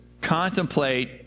contemplate